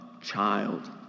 child